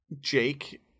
Jake